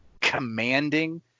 commanding